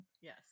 yes